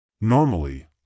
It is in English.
Normally